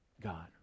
God